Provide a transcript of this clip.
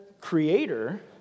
creator